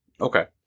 Okay